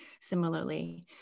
Similarly